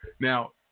Now